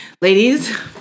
ladies